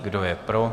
Kdo je pro?